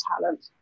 talent